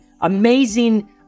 amazing